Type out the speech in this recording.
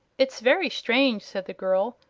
it's very strange, said the girl.